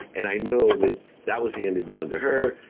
and i know that that was handed down to her.